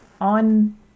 on